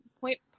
Point